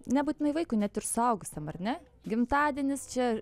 nebūtinai vaikui net ir suaugusiam ar ne gimtadienis čia